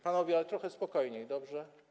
Panowie, ale trochę spokojniej, dobrze?